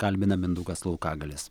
kalbina mindaugas laukagalis